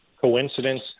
coincidence